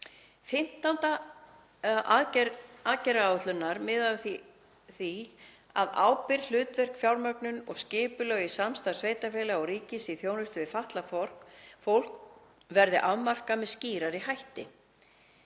Fimmtánda aðgerð aðgerðaáætlunarinnar miðar að því að ábyrgð, hlutverk, fjármögnun og skipulag í samstarfi sveitarfélaga og ríkis í þjónustu við fatlað fólk verði afmarkað með skýrari hætti.